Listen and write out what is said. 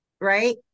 right